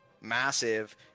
massive